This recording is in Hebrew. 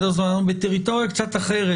אנחנו בטריטוריה קצת אחרת,